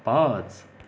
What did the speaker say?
पाच